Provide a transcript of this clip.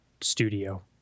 studio